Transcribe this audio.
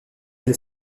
elle